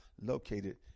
located